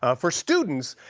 ah for students,